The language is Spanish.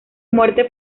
muerte